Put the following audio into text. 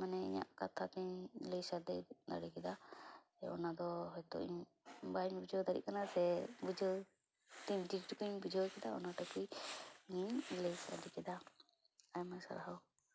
ᱢᱟᱱᱮ ᱤᱧᱟᱹᱜ ᱠᱟᱛᱷᱟ ᱛᱤᱧ ᱞᱟᱹᱭ ᱥᱟᱰᱮ ᱫᱟᱲᱮ ᱠᱮᱫᱟ ᱚᱱᱟᱫᱚ ᱦᱳᱭ ᱛᱳ ᱤᱧ ᱵᱟᱹᱧ ᱵᱩᱡᱷᱟᱹ ᱫᱟᱲᱮᱭᱟᱜ ᱠᱟᱱᱟ ᱥᱮ ᱵᱩᱡᱷᱟᱹᱣ ᱛᱤᱱ ᱴᱷᱤᱠ ᱤᱧ ᱵᱩᱡᱷᱟᱣ ᱠᱮᱫᱟ ᱩᱱᱟᱹᱜ ᱴᱟᱜᱮ ᱤᱧᱤᱧ ᱞᱟᱹᱭ ᱥᱟᱲᱮ ᱠᱮᱫᱟ ᱟᱭᱢᱟ ᱥᱟᱨᱦᱟᱣ